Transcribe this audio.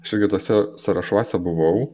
aš irgi tuose sąrašuose buvau